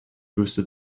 höchste